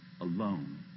alone